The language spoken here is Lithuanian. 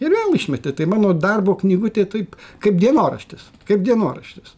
ir vėl išmetė tai mano darbo knygutė taip kaip dienoraštis kaip dienoraštis